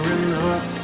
enough